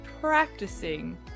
practicing